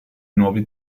nuovi